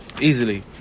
Easily